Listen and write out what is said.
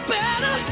better